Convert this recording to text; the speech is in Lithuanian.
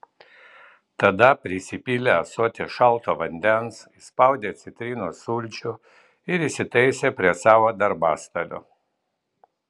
tada prisipylė ąsotį šalto vandens įspaudė citrinos sulčių ir įsitaisė prie savo darbastalio